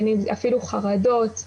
אפילו חרדות,